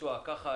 הביצוע היה כזה,